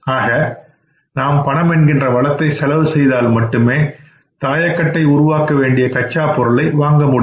ஆக நாம் பணம் என்கின்ற வளத்தை செலவு செய்தால் மட்டுமே தாயக்கட்டை உருவாக்கவேண்டிய கச்சா பொருளை வாங்க முடியும்